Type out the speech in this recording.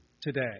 today